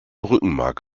rückenmark